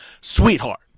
sweetheart